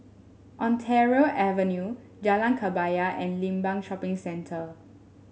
Ontario Avenue Jalan Kebaya and Limbang Shopping Centre